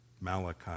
Malachi